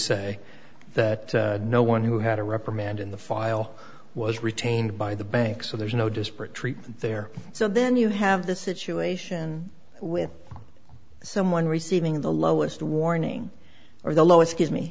say that no one who had a reprimand in the file was retained by the bank so there's no disparate treatment there so then you have the situation with someone receiving the lowest warning or the lowest gives me